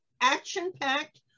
action-packed